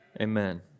Amen